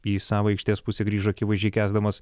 į savo aikštės pusę grįžo akivaizdžiai kęsdamas